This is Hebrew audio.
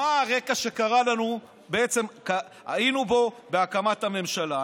מה הרקע שהיה לנו בהקמת הממשלה.